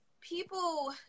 people